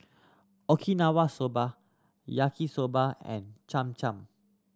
Okinawa Soba Yaki Soba and Cham Cham